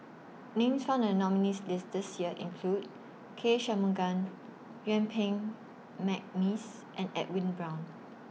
Names found in The nominees' list This Year include K Shanmugam Yuen Peng Mcneice and Edwin Brown